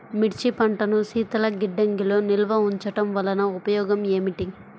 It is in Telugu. మిర్చి పంటను శీతల గిడ్డంగిలో నిల్వ ఉంచటం వలన ఉపయోగం ఏమిటి?